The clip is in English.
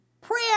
Prayer